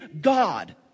God